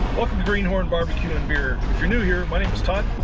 welcome to greenhorn barbecue in beer if you're new here my name is todd